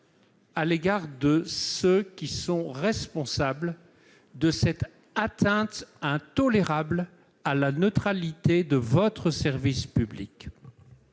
à l'égard de ceux qui sont responsables de cette atteinte intolérable à la neutralité du service public